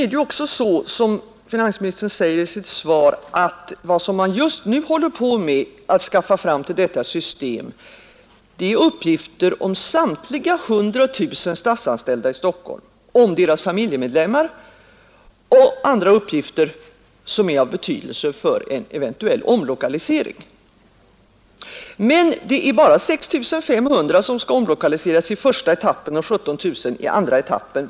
Det är riktigt som finansministern säger i sitt svar, att vad man just nu häller på med att skaffa fram till detta system är uppgifter om samtliga 100 000 statsanställda i Stockholm, deras familjemedlemmar och andra uppgifter som är av betydelse för en eventuell omlokalisering. Men det är bara 6 500 som skall omlokaliseras i första etappen och 17 000 i andra etappen.